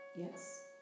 Yes